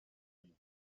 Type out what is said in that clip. will